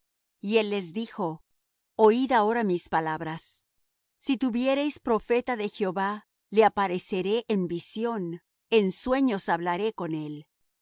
y él les dijo oid ahora mis palabras si tuviereis profeta de jehová le apareceré en visión en sueños hablaré con él